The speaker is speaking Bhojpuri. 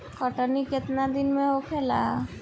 कटनी केतना दिन में होखेला?